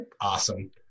awesome